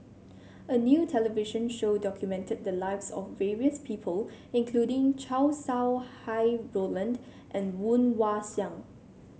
a new television show documented the lives of various people including Chow Sau Hai Roland and Woon Wah Siang